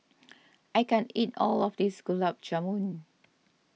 I can't eat all of this Gulab Jamun